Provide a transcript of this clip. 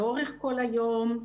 לאורך כל היום,